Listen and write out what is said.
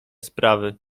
sprawy